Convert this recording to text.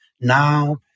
now